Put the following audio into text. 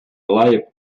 live